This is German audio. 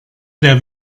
der